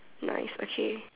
nice okay